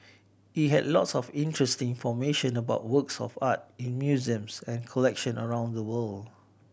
it had lots of interesting information about works of art in museums and collection around the world